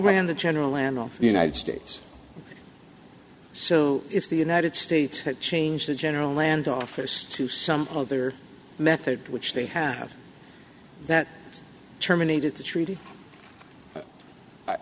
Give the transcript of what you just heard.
ran the general land on the united states so if the united states had changed the general land office to some other method which they have that terminated the treaty i